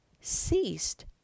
ceased